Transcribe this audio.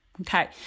okay